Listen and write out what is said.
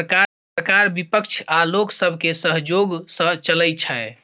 सरकार बिपक्ष आ लोक सबके सहजोग सँ चलइ छै